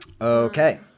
Okay